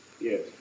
Yes